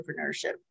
entrepreneurship